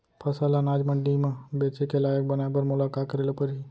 फसल ल अनाज मंडी म बेचे के लायक बनाय बर मोला का करे ल परही?